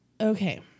Okay